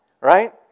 Right